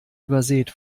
übersät